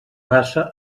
raça